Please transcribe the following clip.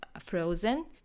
frozen